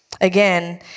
Again